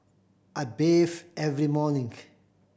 I bathe every morning